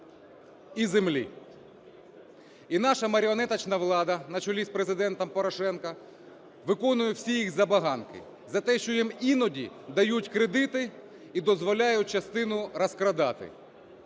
і землі. І наша маріонеточна влада на чолі з Президентом Порошенком виконує всі їх забаганки за те, що їм іноді дають кредити і дозволяють частину розкрадати.